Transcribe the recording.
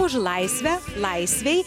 už laisvę laisvei